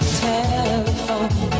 telephone